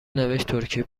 نوشتترکیه